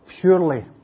purely